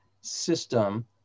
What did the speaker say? system